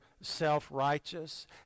self-righteous